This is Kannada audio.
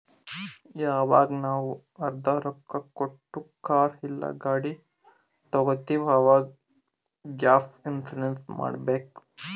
ಯವಾಗ್ ನಾವ್ ಅರ್ಧಾ ರೊಕ್ಕಾ ಕೊಟ್ಟು ಕಾರ್ ಇಲ್ಲಾ ಗಾಡಿ ತಗೊತ್ತಿವ್ ಅವಾಗ್ ಗ್ಯಾಪ್ ಇನ್ಸೂರೆನ್ಸ್ ಮಾಡಬೇಕ್